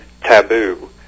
taboo